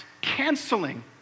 canceling